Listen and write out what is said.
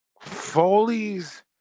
Foley's